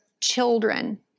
children